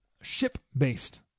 ship-based